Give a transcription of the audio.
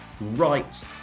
right